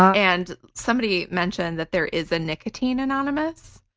and somebody mentioned that there is a nicotine anonymous,